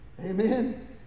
Amen